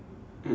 mm